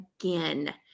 again